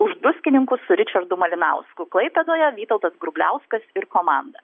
už druskininkus su ričardu malinausku klaipėdoje vytautas grubliauskas ir komanda